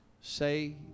say